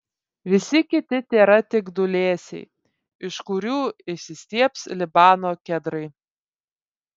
visi kiti tėra tik dūlėsiai iš kurių išsistiebs libano kedrai